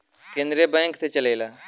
केन्द्रीय बैंक से चलेला